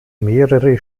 mehrere